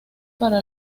para